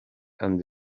and